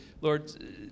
Lord